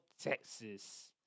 Texas